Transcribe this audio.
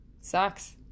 Sucks